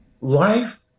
life